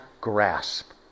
grasp